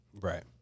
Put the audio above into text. Right